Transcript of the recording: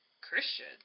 Christian